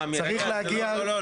לא, לא.